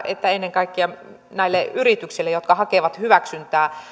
että ennen kaikkea näille yrityksille jotka hakevat hyväksyntää